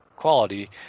quality